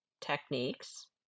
techniques